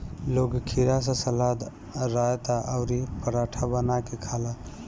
लोग खीरा से सलाद, रायता अउरी पराठा बना के खाला